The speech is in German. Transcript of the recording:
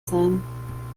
sein